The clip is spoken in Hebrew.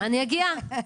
נהדר.